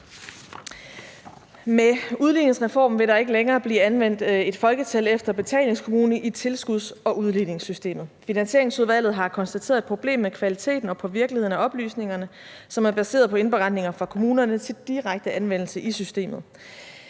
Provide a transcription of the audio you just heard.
Med udligningsreformen vil der ikke længere blive anvendt et folketal efter betalingskommune i tilskuds- og udligningssystemet. Finansieringsudvalget har konstateret et problem med kvaliteten og påvirkeligheden af oplysningerne, som er baseret på indberetninger fra kommunerne til direkte anvendelse i systemet.